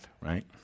right